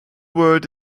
word